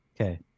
Okay